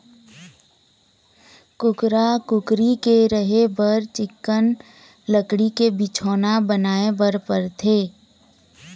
कुकरा, कुकरी के रहें बर चिक्कन लकड़ी के बिछौना बनाए बर परथे